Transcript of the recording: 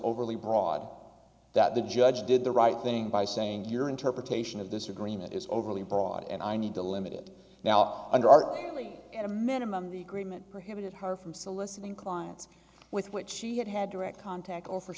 overly broad that the judge did the right thing by saying your interpretation of this agreement is overly broad and i need to limit it now under our family at a minimum the agreement prohibited her from soliciting clients with which she had had direct contact or for